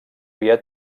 havia